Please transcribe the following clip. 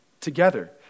together